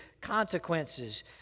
consequences